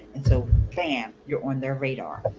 and so, bam! you're on their radar.